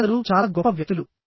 మీరందరూ చాలా గొప్ప వ్యక్తులు